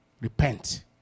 Repent